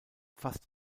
fast